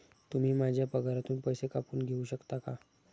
तुम्ही माझ्या पगारातून पैसे कापून घेऊ शकता का?